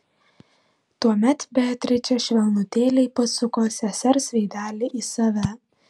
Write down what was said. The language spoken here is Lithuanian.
tuomet beatričė švelnutėliai pasuko sesers veidelį į save